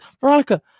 Veronica